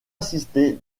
assisté